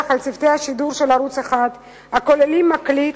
על צוותי השידור של ערוץ-1 הכוללים מקליט,